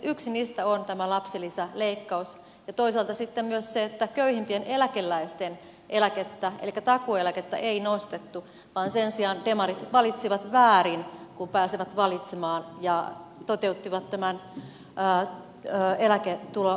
yksi niistä on tämä lapsilisäleikkaus ja toisaalta sitten myös se että köyhimpien eläkeläisten eläkettä elikkä takuueläkettä ei nostettu vaan sen sijaan demarit valitsivat väärin kun pääsivät valitsemaan ja toteuttivat tämän eläketulovähennyksen